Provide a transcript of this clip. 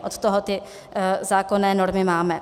Od toho ty zákonné normy máme.